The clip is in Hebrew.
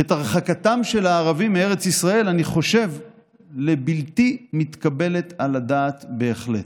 את הרחקתם של הערבים מארץ ישראל הינני חושב לבלתי מתקבלת על הדעת בהחלט.